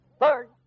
Third